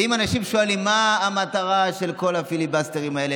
ואם אנשים שואלים מה המטרה של כל הפיליבסטרים האלה,